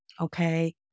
Okay